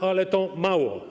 Ale to mało.